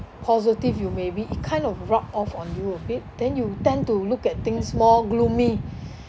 positive you may be it kind of rub off on you a bit then you tend to look at things more gloomy